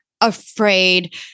afraid